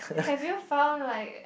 have you found like